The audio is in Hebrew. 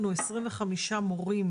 לצערי הרב יש הרבה נוכלים.